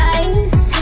ice